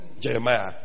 Jeremiah